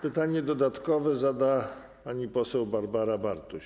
Pytanie dodatkowe zada pani poseł Barbara Bartuś.